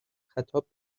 خطاب